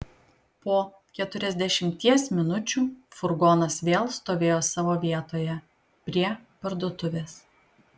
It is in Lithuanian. po keturiasdešimties minučių furgonas vėl stovėjo savo vietoje prie parduotuvės